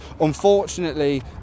unfortunately